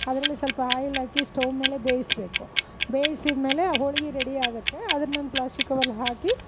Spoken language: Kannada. ಅದರಲ್ಲಿ ಸ್ವಲ್ಪ ಆಯಿಲ್ಲಾಕಿ ಸ್ಟವ್ ಮೇಲೆ ಬೇಯಿಸಬೇಕು ಬೇಯಿಸಿದಮೇಲೆ ಹೋಳಿಗೆ ರೆಡಿ ಆಗುತ್ತೆ ಅದನ್ನೊಂದು ಪ್ಲಾಸ್ಟಿಕ್ ಕವರಲ್ಲಿ ಹಾಕಿ